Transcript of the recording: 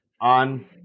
on